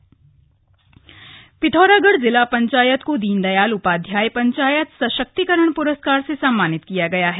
पिथौरागढ़ पुरस्कार पिथौरागढ़ जिला पंचायत को दीनदयाल उपाधयाय पंचायत सशक्तिकरण प्रस्कार से सम्मानित किया गया है